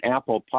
Apple